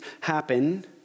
happen